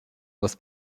was